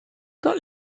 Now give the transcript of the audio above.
got